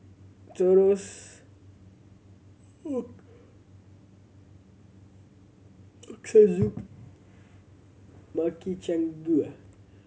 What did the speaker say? Chorizo Ochazuke Makchang Gui